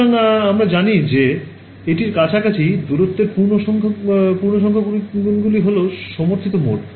সুতরাং আমরা জানি যে এটির কাছাকাছি দূরত্বের পূর্ণসংখ্য গুণগুলি হল সমর্থিত মোড